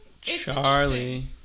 Charlie